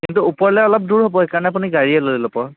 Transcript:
কিন্তু ওপৰলৈ অলপ দূৰ হ'ব সেইকাৰণে আপুনি গাড়ীয়ে লৈ ল'ব